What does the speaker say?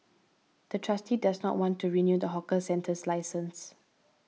the trustee does not want to renew the hawker centre's license